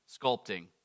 sculpting